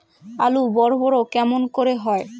আলু বড় বড় কেমন করে হয়?